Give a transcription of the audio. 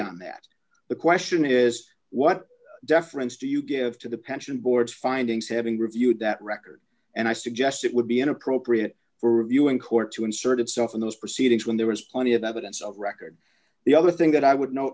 on that the question is what deference do you give to the pension board findings having reviewed that record and i suggest it would be inappropriate for reviewing court to insert itself in those proceedings when there is plenty of evidence of record the other thing that i would kno